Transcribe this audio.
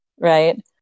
right